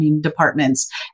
departments